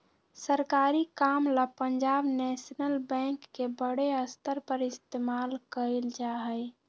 सरकारी काम ला पंजाब नैशनल बैंक के बडे स्तर पर इस्तेमाल कइल जा हई